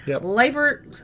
labor